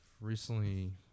recently